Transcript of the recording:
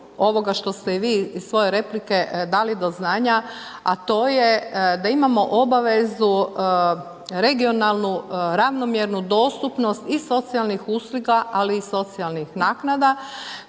ovoga što ste i vi iz svoje replike dali do znanja, a to je da imamo obavezu regionalnu, ravnomjernu, dostupnost i socijalnih usluga, ali i socijalnih naknada,